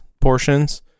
portions